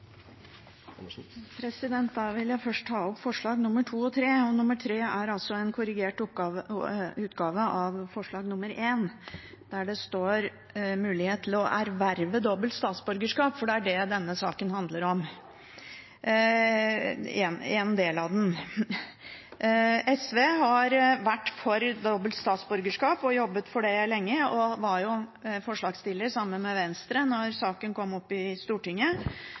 vil først ta opp forslagene nr. 2 og 3. Forslag nr. 3 er en korrigert utgave av forslag nr. 1. Det står «mulighet til å erverve dobbelt statsborgerskap», for det er det denne saken handler om – en del av den. SV har vært for dobbelt statsborgerskap og har jobbet for det lenge, og var forslagsstiller sammen med Venstre da saken kom opp i Stortinget.